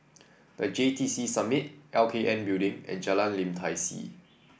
The J T C Summit L K N Building and Jalan Lim Tai See